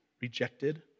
rejected